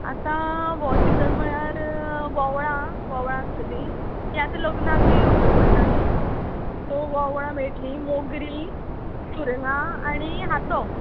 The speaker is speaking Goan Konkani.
आतां हो सिझन म्हळ्यार वोवळां वोवळां आसतलीं ती आतां लग्नाक बी उपेग पडटा नी सो वोवळां मेळटलीं मोगरीं सुरंगा आनी हातो